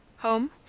home?